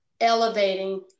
elevating